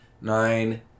Nine